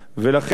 ולכן,